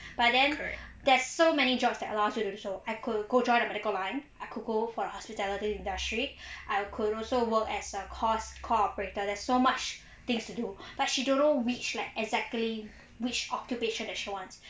but then there's so many jobs that allows you to do so I could go join the medical line I could go for hospitality industry I could also work as a cost call operator there's so much things to do but she don't know which like exactly which occupation that she wants